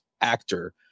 actor